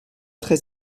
très